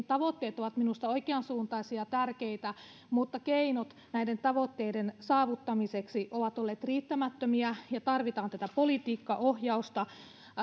tavoitteet ovat minusta oikeansuuntaisia ja tärkeitä mutta keinot näiden tavoitteiden saavuttamiseksi ovat olleet riittämättömiä niin kuin on nyt tässä jo todettu ja tarvitaan politiikkaohjausta